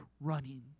running